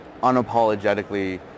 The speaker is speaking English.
unapologetically